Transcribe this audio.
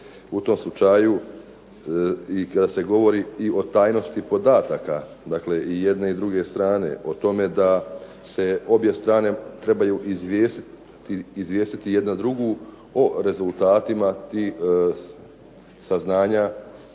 U tom slučaju i kada se govori i o tajnosti podataka, dakle i jedne i druge strane, o tome da se obje strane trebaju izvijestiti jedna drugu o rezultatima tih saznanja,